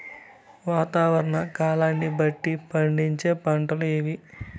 వాతావరణ కాలాన్ని బట్టి పండించే పంటలు ఏవి?